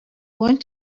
want